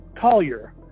Collier